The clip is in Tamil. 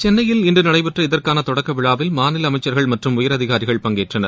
சென்னையில் இன்று நடைபெற்ற இதற்கான தொடக்கவிழாவில் மாநில அமைச்சகர்கள் மற்றும் உயரதிகாரிகள் பங்கேற்றனர்